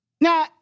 Now